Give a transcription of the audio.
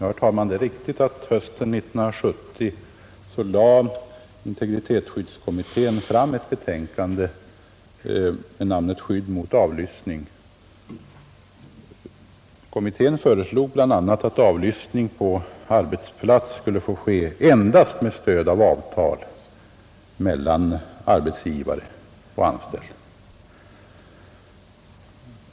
Herr talman! Det är riktigt att integritetsskyddskommittén hösten 1970 lade fram ett betänkande med titeln ”Skydd mot avlyssning”. Kommittén föreslog bl.a. att avlyssning på arbetsplats skulle få ske endast med stöd av avtal mellan arbetsgivare och anställda.